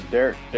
Derek